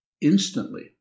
instantly